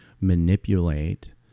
manipulate